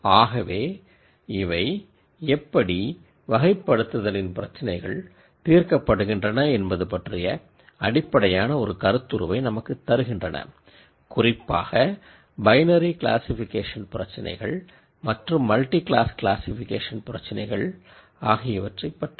ஆகவே இவை எப்படி கிளாஸ்ஸிஃபிகேஷனின் பிரச்சினைகள் தீர்க்கப்படுகின்றன என்பது பற்றிய அடிப்படையான ஒரு கான்சப்ட் ரீதியான ஐடியாவை நமக்குத் தருகின்றன குறிப்பாக பைனரி கிளாசிஃபிகேஷன் பிரச்சினைகள் மற்றும் மல்டி கிளாஸ் கிளாசிஃபிகேஷன் பிரச்சினைகள் ஆகியவற்றைப் பற்றி